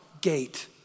gate